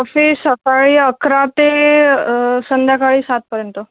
office सकाळी अकरा ते संध्याकाळी सातपर्यंत